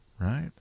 right